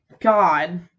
God